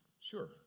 Sure